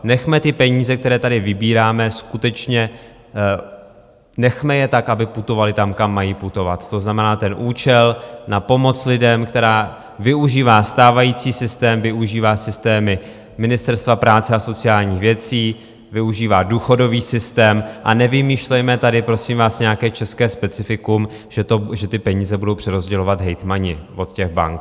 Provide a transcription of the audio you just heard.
Nechme ty peníze, které tady vybíráme, skutečně nechme je tak, aby putovaly tam, kam mají putovat, to znamená, ten účel na pomoc lidem využívá stávající systém, využívá systémy Ministerstva práce a sociálních věcí, využívá důchodový systém, a nevymýšlejme tady, prosím vás, nějaké české specifikum, že ty peníze budou přerozdělovat hejtmani od bank.